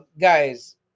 Guys